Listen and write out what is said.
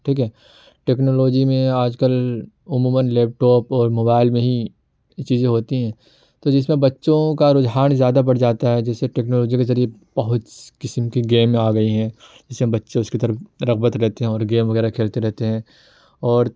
ٹھیک ہے ٹیکنالوجی میں آج کل عموماً لیپ ٹاپ اور موبائل میں ہی چیزیں ہوتی ہیں تو جس میں بچوں کا رجحان زیادہ بڑھ جاتا ہے جس سے ٹیکنالوجی کے ذریعے بہت قسم کی گیمیں آ گئی ہیں جس سے بچے اس کی طرف رغبت رہتے ہیں اور گیم وغیرہ کھیلتے رہتے ہیں اور